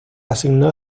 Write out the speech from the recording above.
asignó